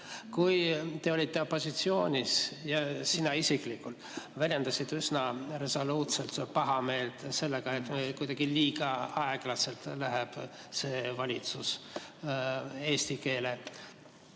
Kui te olite opositsioonis, siis sina isiklikult väljendasid üsna resoluutselt pahameelt selle üle, et kuidagi liiga aeglaselt läheb see valitsus eestikeelsele